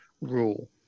rule